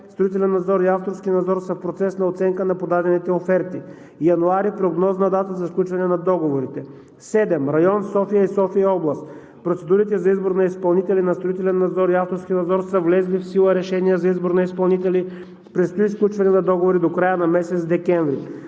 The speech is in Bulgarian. строителен и авторски надзор са в процес на оценка на подадените оферти. Януари – прогнозна дата за сключване на договорите. Седем, район София и София-област. Процедурите за избор на изпълнители на строителен и авторски надзор са с влезли в сила решения за избор на изпълнители. Предстои сключване на договори до края на месец декември.